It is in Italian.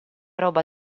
roba